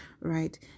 right